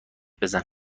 بزن